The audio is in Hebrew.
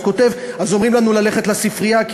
הוא כותב: אומרים לנו ללכת לספרייה כי